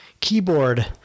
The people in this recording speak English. keyboard